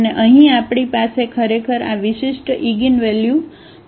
અને અહીં આપણી પાસે ખરેખર આ વિશિષ્ટ ઇગિનવેલ્યુ છે